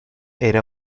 era